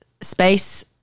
space